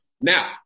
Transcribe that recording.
Now